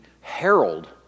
herald